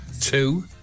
two